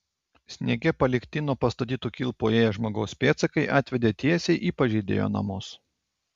sniege palikti nuo pastatytų kilpų ėję žmogaus pėdsakai atvedė tiesiai į pažeidėjo namus